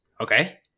okay